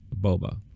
Boba